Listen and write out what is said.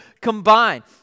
combined